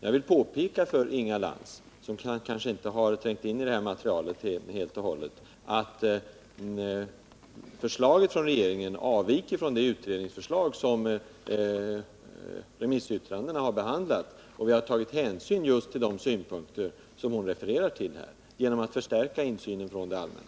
Jag vill påpeka för Inga Lantz, som kanske inte har trängt in i materialet helt och hållet, att förslaget från regeringen avviker från det utredningsförslag som har behandlats i remissyttrandena. Vi har tagit hänsyn just till de synpunkter som hon refererade till, genom att förstärka insynen från det allmänna.